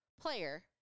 player